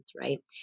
right